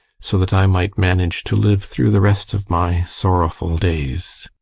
so that i might manage to live through the rest of my sorrowful days.